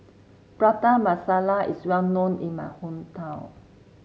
Prata Masala is well known in my hometown